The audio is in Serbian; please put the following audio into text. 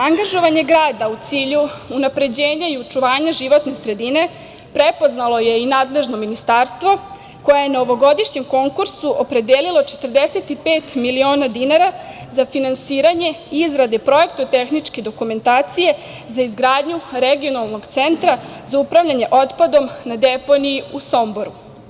Angažovanje grada u cilju unapređenja i očuvanja životne sredine prepoznalo je i nadležno ministarstvo koje je na ovogodišnjem konkursu opredelilo 45 miliona dinara za finansiranje izrade projekta tehničke dokumentacije za izgradnju regionalnog centra za upravljanje otpadom na deponiji u Somboru.